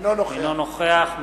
אינו נוכח רוני בר-און,